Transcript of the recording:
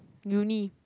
uni